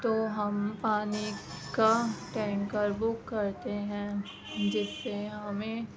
تو ہم پانی کا ٹینکر بک کرتے ہیں جس سے ہمیں